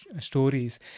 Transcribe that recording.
stories